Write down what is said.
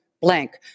blank